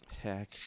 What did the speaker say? Heck